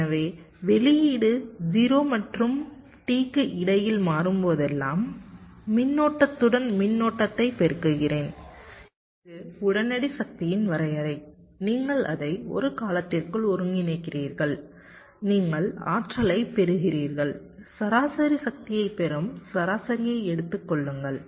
எனவே வெளியீடு 0 மற்றும் T க்கு இடையில் மாறும்போதெல்லாம் மின்னோட்டத்துடன் மின்னோட்டத்தை பெருக்குகிறேன் இது உடனடி சக்தியின் வரையறை நீங்கள் அதை ஒரு காலத்திற்குள் ஒருங்கிணைக்கிறீர்கள் நீங்கள் ஆற்றலைப் பெறுகிறீர்கள் சராசரி சக்தியைப் பெறும் சராசரியை எடுத்துக் கொள்ளுங்கள்